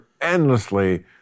endlessly